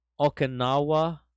Okinawa